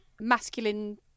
masculine